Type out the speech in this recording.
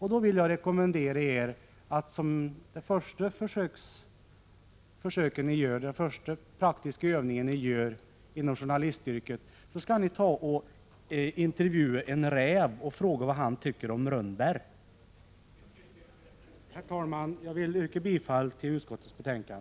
Jag vill då rekommendera er att som den första praktiska övningen inom journalistyrket intervjua en räv och fråga vad han tycker om rönnbär. Herr talman! Jag vill yrka bifall till utskottets hemställan.